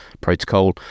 protocol